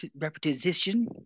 repetition